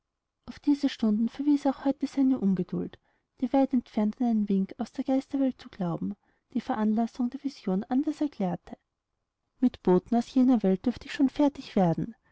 auf diese stunden verwies er auch heute seine ungeduld die weit entfernt an einen wink aus der geisterwelt zu glauben die veranlassung der vision anders erklärte mit boten aus jener welt dürft ich schon fertig werden